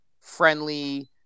friendly